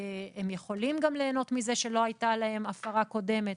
הם יכולים גם ליהנות מזה שלא הייתה להם הפרה קודמת.